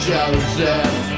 Joseph